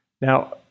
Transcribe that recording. Now